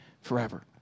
Forever